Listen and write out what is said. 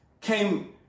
came